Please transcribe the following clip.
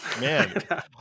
man